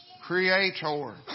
Creator